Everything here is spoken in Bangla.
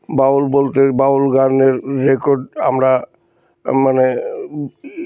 বাউল বলতে বাউল গানের রেকর্ড আমরা মানে